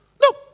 No